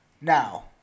Now